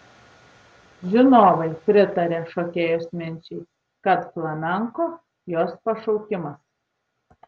žinovai pritaria šokėjos minčiai kad flamenko jos pašaukimas